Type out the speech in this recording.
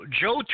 Joe